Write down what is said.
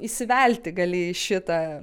įsivelti gali į šitą